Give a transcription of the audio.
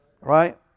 right